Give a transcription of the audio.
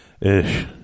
Ish